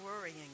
worrying